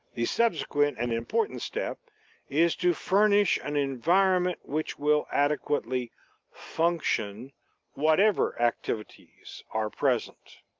the subsequent and important step is to furnish an environment which will adequately function whatever activities are present.